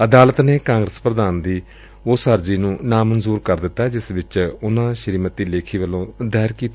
ਅਦਾਲਤ ਨੇ ਕਾਂਗਰਸ ਪ੍ਧਾਨ ਦੀ ਉਸ ਅਰਜ਼ੀ ਨੂੰ ਨਾਮਨਜੂਰ ਕਰ ਦਿੱਤੈ ਜਿਸ ਵਿਚ ਉਨੂਾ ਸ੍ਰੀਮਤੀ ਲੇਖੀ ਵੱਲੋਂ ਦਾਇਰ ਕੀਤੀ